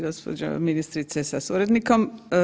Gospođo ministrice sa suradnikom.